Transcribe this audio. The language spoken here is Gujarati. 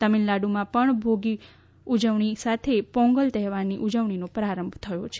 તામિલનાડુમાં પણ ભાગી ઉજવણી સાથે પોંગલ તહેવારની ઉજવણીનો પ્રારંભ થયો છે